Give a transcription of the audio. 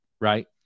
right